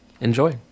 enjoy